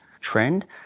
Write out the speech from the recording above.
trend